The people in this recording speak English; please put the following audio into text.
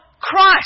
Christ